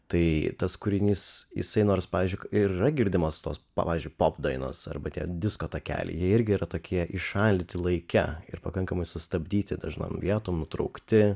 tai tas kūrinys jisai nors pavyzdžiui yra girdimas tos pavyzdžiui pop dainos arba tie disko takelyje irgi yra tokie įšaldyti laike ir pakankamai sustabdyti dažnom vietom nutraukti